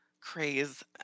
craze